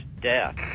death